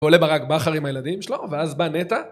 עולה ברק בכר עם הילדים שלו, ואז בא נטע.